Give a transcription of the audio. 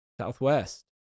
Southwest